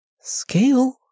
Scale